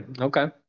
okay